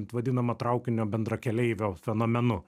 vadinama traukinio bendrakeleivio fenomenu